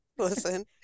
Listen